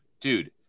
dude